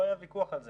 לא היה ויכוח על זה.